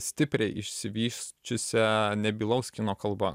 stipriai išsivysčiusia nebylaus kino kalba